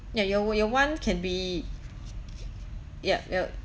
ya your your want can be yup uh